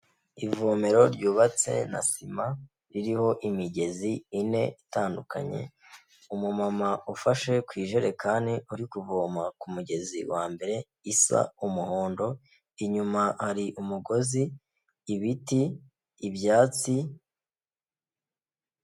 Ivomero ryubatse na sima, ririho imigezi ine itandukanye, umumama ufashe ku ijerekani, uri kuvoma ku mugezi wa mbere isa umuhondo, inyuma hari umugozi ibiti ibyatsi...